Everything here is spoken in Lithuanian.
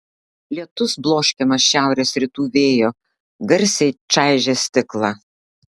lietus bloškiamas šiaurės rytų vėjo garsiai čaižė stiklą